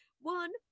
one